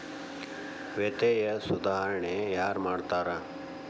ವಿತ್ತೇಯ ಸುಧಾರಣೆ ಯಾರ್ ಮಾಡ್ತಾರಾ